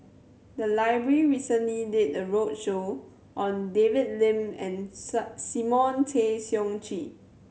the library recently did a roadshow on David Lim and Simon Tay Seong Chee